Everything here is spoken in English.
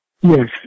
Yes